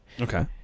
Okay